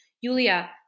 Yulia